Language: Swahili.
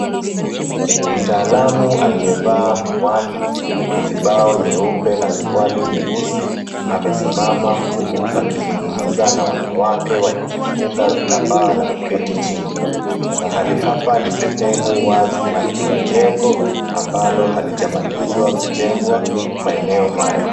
Mtaalamu aliyevaa miwani, kizibao nyeupe na suruali nyeusi amesimama huku akizungumza na wanawake waliojifunga vitambaa na kuketi chini. Mahali hapa ni sehemu wazi na kuna jengo ambalo haijamaliziwa kujengwa maeneo haya.